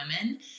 women